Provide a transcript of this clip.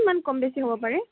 অকণমান কম বেছি হ'ব পাৰে